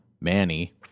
Manny